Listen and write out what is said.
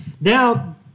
Now